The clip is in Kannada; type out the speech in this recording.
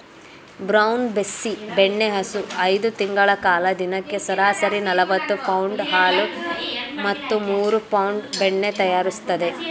ಬ್ರೌನ್ ಬೆಸ್ಸಿ ಬೆಣ್ಣೆಹಸು ಐದು ತಿಂಗಳ ಕಾಲ ದಿನಕ್ಕೆ ಸರಾಸರಿ ನಲವತ್ತು ಪೌಂಡ್ ಹಾಲು ಮತ್ತು ಮೂರು ಪೌಂಡ್ ಬೆಣ್ಣೆ ತಯಾರಿಸ್ತದೆ